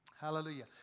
Hallelujah